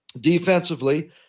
Defensively